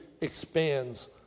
expands